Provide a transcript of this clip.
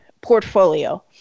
portfolio